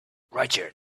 roger